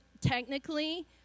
technically